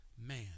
man